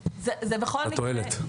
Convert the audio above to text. התועלת.